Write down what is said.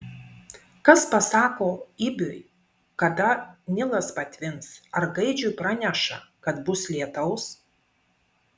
kas pasako ibiui kada nilas patvins ar gaidžiui praneša kad bus lietaus